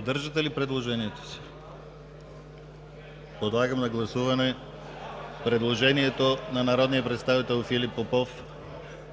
Поддържате ли предложението си? (Шум и реплики.) Подлагам на гласуване предложението на народния представител Филип Попов